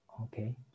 Okay